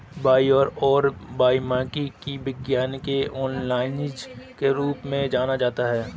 wine और winemaking के विज्ञान को ओनोलॉजी के रूप में जाना जाता है